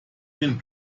den